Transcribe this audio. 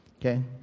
Okay